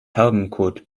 taubenkot